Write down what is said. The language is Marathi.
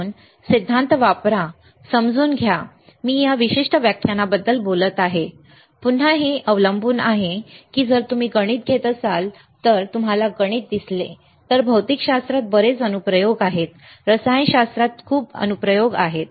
म्हणून सिद्धांत वापरा सिद्धांत समजून घ्या मी या विशिष्ट व्याख्यानाबद्दल बोलत आहे पुन्हा हे अवलंबून आहे जर तुम्ही गणित घेत असाल तर जर तुम्हाला गणित दिसले तर भौतिकशास्त्रात बरेच अनुप्रयोग आहेत रसायनशास्त्राचा अनुप्रयोग आहेत